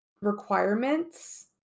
requirements